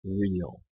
real